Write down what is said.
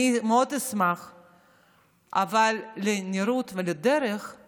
אבל לנראות ולדרך יש